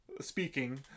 speaking